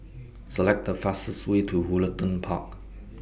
Select The fastest Way to Woollerton Park